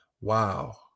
Wow